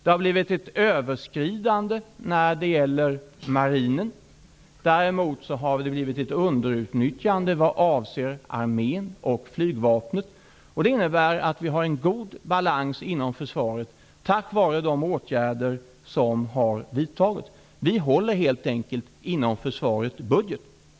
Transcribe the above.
Det har blivit ett överskridande när det gäller marinen, men däremot har det blivit ett underutnyttjande vad avser armén och flygvapnet. Det innebär att vi har en god balans inom försvaret, tack vare de åtgärder som har vidtagits. Vi håller helt enkelt budgeten inom försvaret.